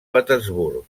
petersburg